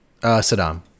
Saddam